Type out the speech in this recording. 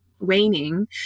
waning